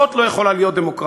זאת לא יכולה להיות דמוקרטיה.